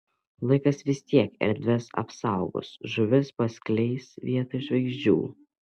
laikas vis tiek erdves apsaugos žuvis paskleis vietoj žvaigždžių